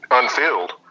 unfilled